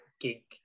gig